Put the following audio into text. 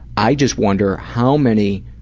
i just wonder how many,